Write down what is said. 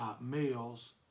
males